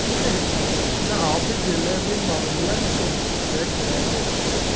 मूंखे हिकु न ऑफ़िस जे लाइ ॿिनि माण्हुनि जे लाइ मूंखे हिकु फ़्लैट किराए ते खपे